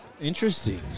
Interesting